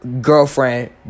girlfriend